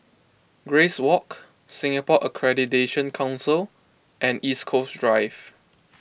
Grace Walk Singapore Accreditation Council and East Coast Drive